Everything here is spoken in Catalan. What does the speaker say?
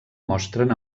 mostren